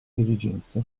esigenze